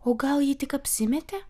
o gal ji tik apsimetė